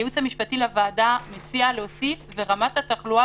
הייעוץ המשפטי של הוועדה מבקש להוסיף: "ורמת התחלואה